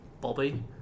Bobby